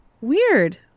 Weird